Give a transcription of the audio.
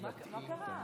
כנסת נכבדה,